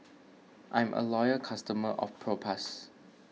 I'm a loyal customer of Propass